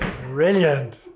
Brilliant